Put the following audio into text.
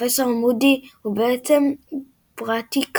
פרופסור מודי, הוא בעצם ברטי קראוץ'